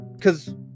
cause